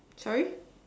sorry